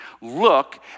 look